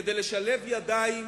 כדי לשלב ידיים,